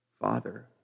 Father